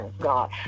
God